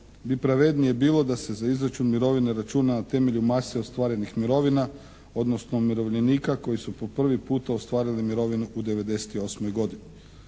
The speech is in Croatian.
bi pravednije bilo da se za izračun mirovine računa na temelju mase ostvarenih mirovina, odnosno umirovljenika koji su po prvi puta ostvarili mirovinu u '98. godini.